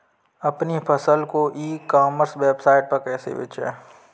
अपनी फसल को ई कॉमर्स वेबसाइट पर कैसे बेचें?